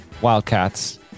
Wildcats